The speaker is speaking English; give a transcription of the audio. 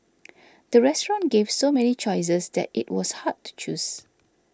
the restaurant gave so many choices that it was hard to choose